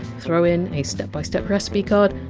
throw in a step by step recipe card,